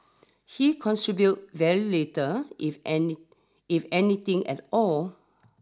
he contribute very little if any if anything at all